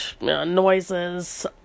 noises